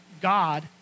God